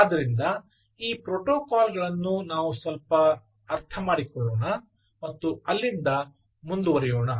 ಆದ್ದರಿಂದ ಈ ಪ್ರೋಟೋಕಾಲ್ಗಳನ್ನು ನಾವು ಸ್ವಲ್ಪ ಅರ್ಥಮಾಡಿಕೊಳ್ಳೋಣ ಮತ್ತು ಅಲ್ಲಿಂದ ಮುಂದುವರಿಯೋಣ